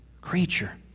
creature